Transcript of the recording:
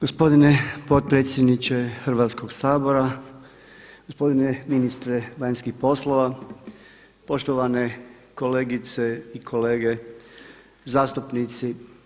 Gospodine potpredsjedniče Hrvatskoga sabora, gospodine ministre vanjskih poslova, poštovane kolegice i kolege zastupnici.